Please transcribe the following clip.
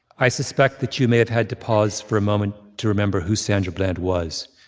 i suspect that you may have had to pause for a moment to remember who sandra bland was.